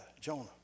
Jonah